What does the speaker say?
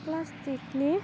प्लाष्टिकनि